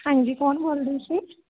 ਹਾਂਜੀ ਕੌਣ ਬੋਲਦੇ ਤੁਸੀਂ